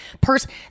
person